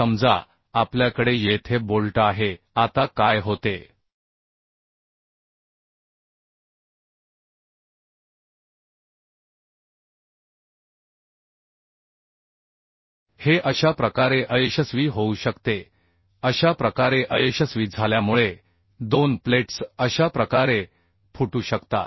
समजा आपल्याकडे येथे बोल्ट आहे आता काय होते हे अशा प्रकारे अयशस्वी होऊ शकते अशा प्रकारे अयशस्वी झाल्यामुळे दोन प्लेट्स अशा प्रकारे फुटू शकतात